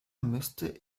müsste